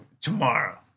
Tomorrow